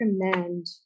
recommend